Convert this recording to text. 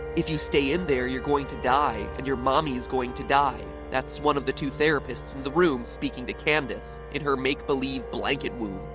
if you stay in there, you're going to die, and your mommy is going to die. that's one of the two therapists in the room speaking to candace in her make-believe blanket womb.